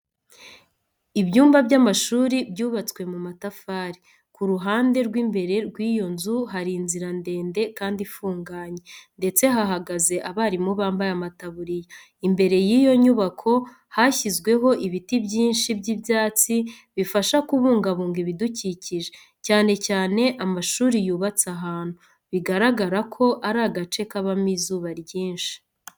Ibyumba by'amashuri byubatswe mu matafari. Ku ruhande rw'imbere rw'iyo nzu hari inzira ndende kandi ifunganye, ndetse hahagaze abarimu bambaye amataburiya. Imbere y'iyo nyubako hashyizweho ibiti byinshi by'ibyatsi bifasha kubungabunga ibidukikije cyane cyane amashuri yubatse ahantu, bigaragara ko ari agace kabamo izuba ryinshi.